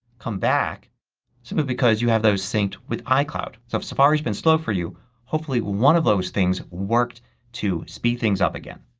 come back simply because you have those synced with icloud. so if safari has been slow for you hopefully one of those things work to speed things up again.